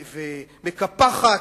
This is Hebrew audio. ומקפחת.